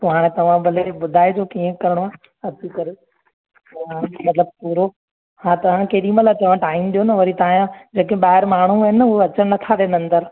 पोइ हाणे तव्हां भले ॿुधाईजो कीअं करिणो आहे अची करे हा मतिलबु पूरो हा त हाणे केॾी महिल अचिणो आहे टाइम ॾियो न वरी तव्हांजा जेके ॿाहिरि माण्हुनि आहिनि न उहो अचण नथा ॾियनि अंदरि